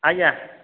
ଆଜ୍ଞା